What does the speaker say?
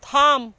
থাম